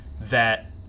that-